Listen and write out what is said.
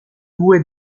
due